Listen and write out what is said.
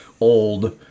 old